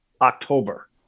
October